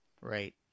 Right